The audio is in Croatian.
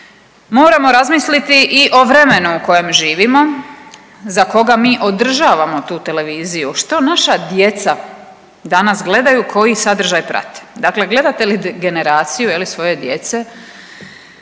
Moramo razmisliti i o vremenu u kojem živimo, za koga mi održavamo tu televiziju, što naša djeca danas gledaju, koji sadržaj prate. Dakle, gledate li generaciju je li svoje djece